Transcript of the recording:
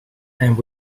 and